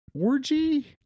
orgy